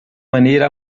maneira